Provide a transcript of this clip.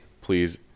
Please